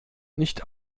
nicht